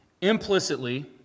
Implicitly